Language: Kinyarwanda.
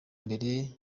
mbere